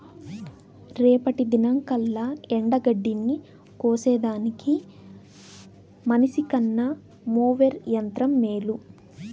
రేపటి దినంకల్లా ఎండగడ్డిని కోసేదానికి మనిసికన్న మోవెర్ యంత్రం మేలు